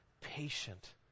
patient